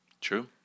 True